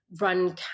run